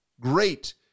Great